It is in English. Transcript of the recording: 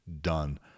done